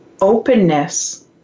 openness